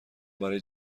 برای